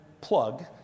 plug